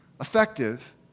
effective